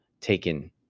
taken